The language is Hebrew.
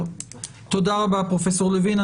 תודה רבה פרופסור לוין.